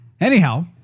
Anyhow